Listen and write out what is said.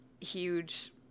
huge